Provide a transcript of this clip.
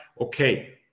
okay